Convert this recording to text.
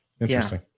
interesting